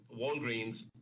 Walgreens